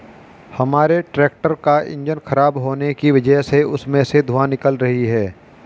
हमारे ट्रैक्टर का इंजन खराब होने की वजह से उसमें से धुआँ निकल रही है